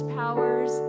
powers